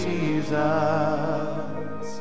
Jesus